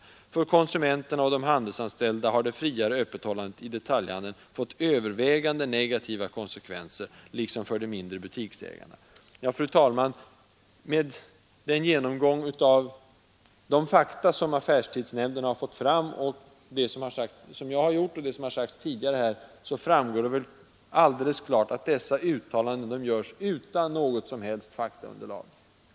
För konsumenterna och de handelsanställda har det friare öppethållandet i detaljhandeln fått övervägande negativa konsekvenser liksom för de mindre butiksägarna.” Fru talman! Av den genomgång av de fakta som affärstidsnämnden har fått fram, som jag har gjort, och av det som sagts tidigare i debatten framgår väl alldeles klart att dessa uttalanden görs utan något som helst faktaunderlag.